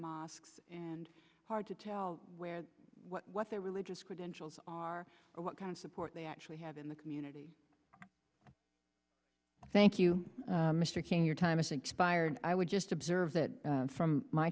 mosques and hard to tell where what their religious credentials are or what kind of support they actually have in the community thank you mr king your time is expired i would just observe that from my